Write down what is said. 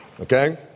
Okay